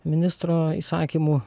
ministro įsakymu